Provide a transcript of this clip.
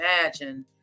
imagine